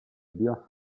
bill